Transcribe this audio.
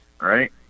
right